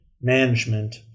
management